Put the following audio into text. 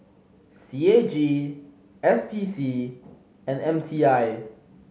C A G S P C and M T I